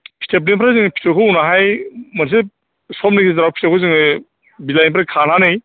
फिथोबनिफ्राय जोङो फिथोबखौ उनावहाय मोनसे समनि गेजेराव फिथोबखौ जोङो बिलाइनिफ्राय खानानै